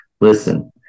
Listen